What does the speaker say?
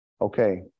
Okay